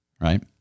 Right